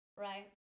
Right